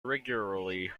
regularly